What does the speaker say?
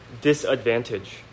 disadvantage